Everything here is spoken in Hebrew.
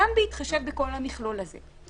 גם בהתחשב בכל המכלול הזה.